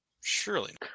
Surely